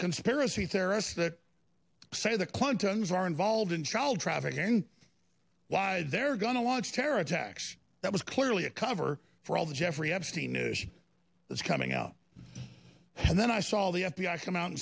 conspiracy theorists that say the clintons are involved in child trafficking why they're going to launch terror attacks that was clearly a cover for all the jeffrey epstein news that's coming out and then i saw the f b i come out and